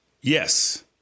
Yes